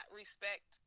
respect